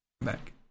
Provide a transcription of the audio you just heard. Back